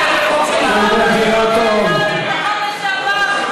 השרה מירי רגב,